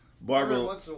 Barbara